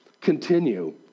continue